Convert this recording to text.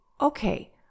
okay